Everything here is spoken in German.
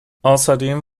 außerdem